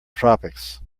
tropics